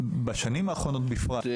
בשנים האחרונות בפרט,